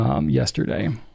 yesterday